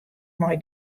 mei